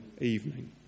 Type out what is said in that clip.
evening